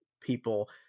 people